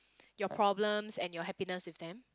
your problems and your happiness with them